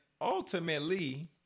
ultimately